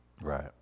Right